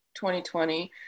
2020